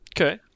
Okay